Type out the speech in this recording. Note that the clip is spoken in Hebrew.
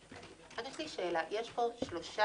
יש פה שלושה